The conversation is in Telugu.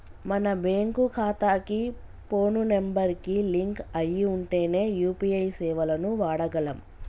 మన బ్యేంకు ఖాతాకి పోను నెంబర్ కి లింక్ అయ్యి ఉంటేనే యూ.పీ.ఐ సేవలను వాడగలం